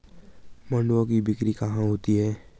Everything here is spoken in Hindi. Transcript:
मंडुआ की बिक्री कहाँ होती है?